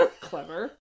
Clever